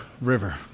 river